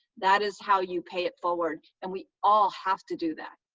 that is how you pay it forward, and we all have to do that.